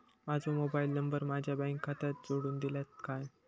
माजो mobile number माझ्या bank खात्याक जोडून दितल्यात काय?